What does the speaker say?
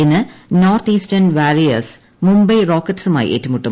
ഇന്ന് North Eastern Warriors Mumbai റോക്കറ്റ്സുമായി ഏറ്റുമുട്ടും